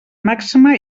màxima